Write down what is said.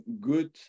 good